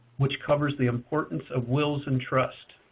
which covers the importance of wills and trusts.